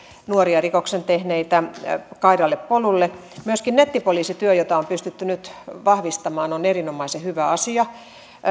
nuoria rikoksen tehneitä kaidalle polulle myöskin nettipoliisityö jota on pystytty nyt vahvistamaan on erinomaisen hyvä asia